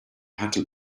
cattle